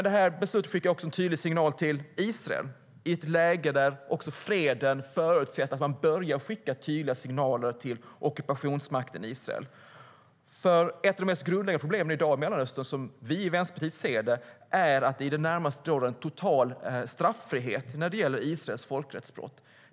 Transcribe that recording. Det här beslutet skickar även en tydlig signal till Israel i ett läge där också freden förutsätter att man börjar skicka tydliga signaler till ockupationsmakten Israel. Ett av de mest grundläggande problemen i dag i Mellanöstern, som vi i Vänsterpartiet ser det, är att det råder en i det närmaste total straffrihet när det gäller Israels folkrättsbrott.